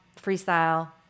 freestyle